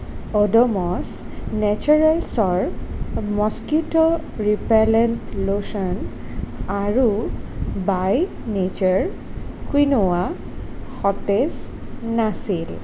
অডোমছ নেচাৰেলছৰ mosquito repellent lotion আৰু by nature quinoa সতেজ নাছিল